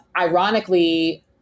ironically